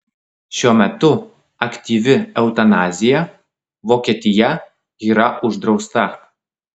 šiuo metu aktyvi eutanazija vokietija yra uždrausta